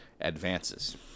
advances